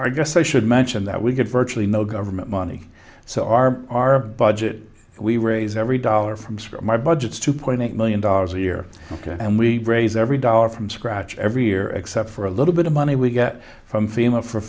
i guess i should mention that we get virtually no government money so our our budget we raise every dollar from school my budgets two point eight million dollars a year and we raise every dollar from scratch every year except for a little bit of money we get from fema for